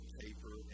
paper